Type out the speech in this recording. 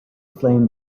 flame